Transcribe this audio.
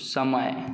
समय